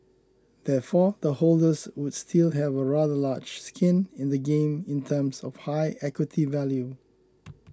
therefore the holders should still have a rather large skin in the game in terms of a high equity value